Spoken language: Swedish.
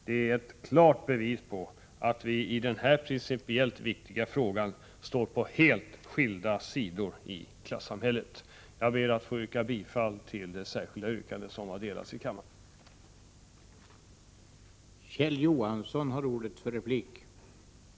Det är ett klart bevis på att vi i den principiellt viktiga frågan står på helt skilda sidor i klassamhället. Jag yrkar bifall till det särskilda yrkande som har delats i kammaren och som lyder: Denna lag träder i kraft den 1 januari 1986 och tillämpas första gången vid 1987 års taxering.